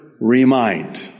remind